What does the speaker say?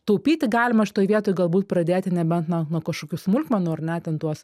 taupyti galima šitoj vietoj galbūt pradėti nebent nuo kažkokių smulkmenų ar ne ten tuos